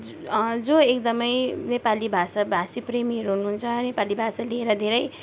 जो एकदमै नेपाली भाषा भाषी प्रेमीहरू हुनुहुन्छ नेपाली भाषा लिएर धेरै